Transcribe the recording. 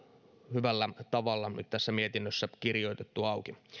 hyvällä tavalla nyt tässä mietinnössä kirjoitettua auki